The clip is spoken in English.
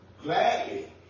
gladly